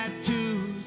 tattoos